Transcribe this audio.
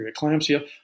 preeclampsia